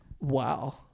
wow